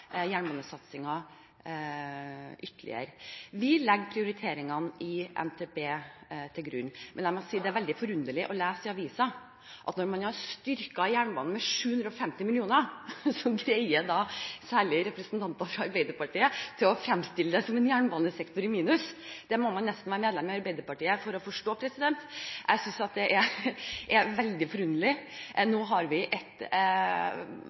jernbanesatsingen ytterligere. Vi legger prioriteringene i NTP til grunn. Men det er veldig forunderlig å lese i avisen at når vi har styrket jernbanen med 750 mill. kr, greier man – særlig representanter fra Arbeiderpartiet – å fremstille det som en jernbanesektor i minus. Det må man nesten være medlem av Arbeiderpartiet for å forstå. Jeg synes det er veldig forunderlig. Nå har vi et